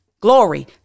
glory